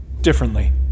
differently